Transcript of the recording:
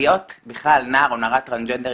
להיות בכלל נער או נערה טרנסג'נדרית